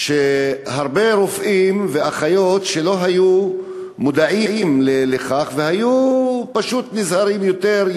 הרבה רופאים ואחיות לא היו מודעים לנושא והיו פשוט נזהרים יותר,